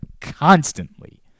constantly